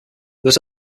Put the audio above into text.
was